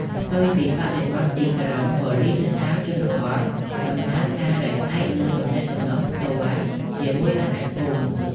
ផ្ទុយពីបរិបទទីក្រុង ប៉ូលិសនៅតាមតំបន់ជនបទដំណើរការដោយផ្អែកលើ ទំនាក់ទំនងផ្ទាល់ ជាមួយសហគមន៍។